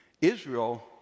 Israel